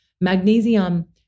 Magnesium